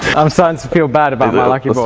i'm starting to feel bad about my lucky